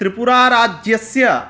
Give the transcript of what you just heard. त्रिपुराराज्यस्य